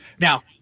Now